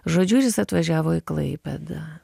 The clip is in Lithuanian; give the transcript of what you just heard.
žodžiu ir jis atvažiavo į klaipėdą